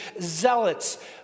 Zealots